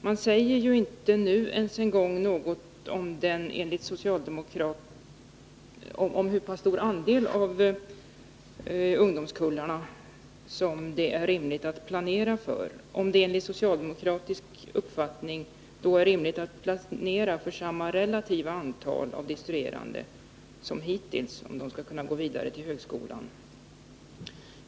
Man uttalar nu t.ex. inte något alls i frågan om hurstor andel av ungdomskullarna som det är rimligt att planera för och säger ingenting om huruvida det enligt socialdemokratisk uppfattning bör planeras så, att t.ex. samma relativa antal studerande som hittills skall kunna gå vidare till högskolan.